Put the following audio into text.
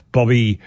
Bobby